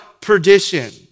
perdition